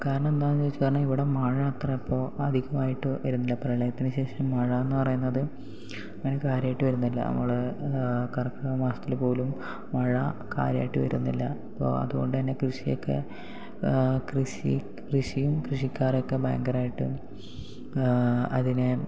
കാരണം എന്താണെന്നു വെച്ചാൽ കാരണം ഇവിടെ മഴ അത്ര ഇപ്പോൾ അധികം ആയിട്ട് വരുന്നില്ല പ്രളയത്തിന് ശേഷം മഴ എന്ന് പറയുന്നതും അങ്ങനെ കാര്യം ആയിട്ട് വരുന്നില്ല നമ്മൾ കർക്കിടക മാസത്തിൽ പോലും മഴ കാര്യായിട്ട് വരുന്നില്ല അപ്പോൾ അതുകൊണ്ട് തന്നെ കൃഷിയൊക്കെ കൃഷി കൃഷിയും കൃഷിക്കാരും ഒക്കെ ഭയങ്കരമായിട്ടും അതിനെ